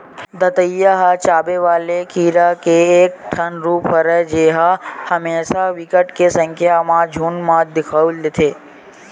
दतइया ह चाबे वाले कीरा के एक ठन रुप हरय जेहा हमेसा बिकट के संख्या म झुंठ म दिखउल देथे